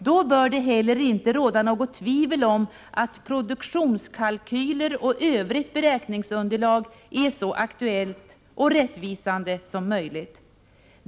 Då bör det heller inte råda något tvivel om att produktionskalkyler och övrigt beräkningsunderlag är så aktuellt och rättvisande som möjligt.